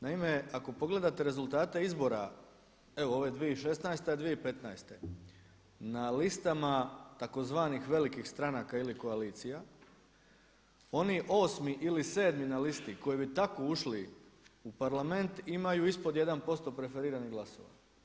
Naime ako pogledate rezultate izbora evo ovo je 2016., 2015., na listama tzv. velikih stranaka ili koalicija oni 8. ili 7. na listi koji bi tako ušli u Parlament imaju ispod 1% preferiranih glasova.